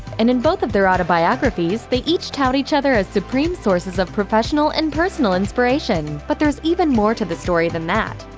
and in both of their autobiographies, they each tout each other as supreme sources of professional and personal inspiration. but there's even more to the story than that.